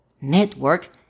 network